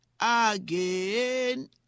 again